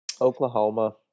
Oklahoma